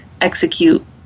execute